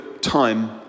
time